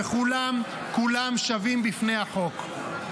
וכולם כולם שווים בפני החוק.